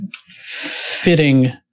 fitting